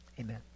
amen